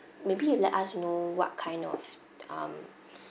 maybe you let us know what kind of um